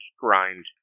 grind